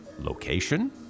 location